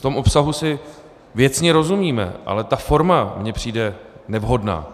V tom obsahu si věcně rozumíme, ale ta forma mně přijde nevhodná.